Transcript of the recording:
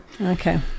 Okay